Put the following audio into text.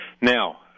Now